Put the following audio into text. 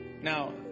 Now